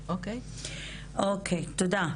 תודה,